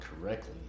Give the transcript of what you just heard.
correctly